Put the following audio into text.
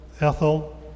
Ethel